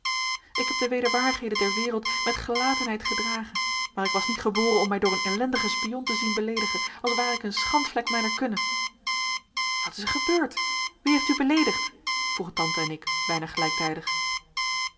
ik heb de wederwaardigheden der wereld met gelatenheid gedragen maar ik was niet geboren om mij door een ellendige spion te zien beleedigen als ware ik een schandvlek mijner kunne wat is er gebeurd wie heeft u beleedigd vroegen tante en ik bijna gelijktijdig